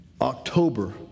October